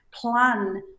plan